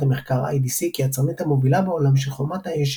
המחקר IDC כיצרנית המובילה בעולם של חומת האש,